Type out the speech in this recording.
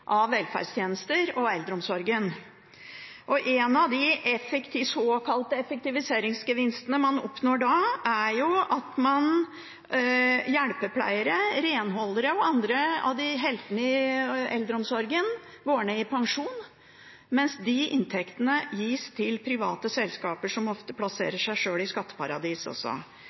av velferdstjenester og eldreomsorg. En av de såkalte effektiviseringsgevinstene man oppnår da, er at hjelpepleiere, renholdere og andre av heltene i eldreomsorgen går ned i pensjon, mens inntektene gis til private selskap, som også ofte plasserer seg sjøl i skatteparadis.